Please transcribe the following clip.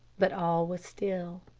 but all was still.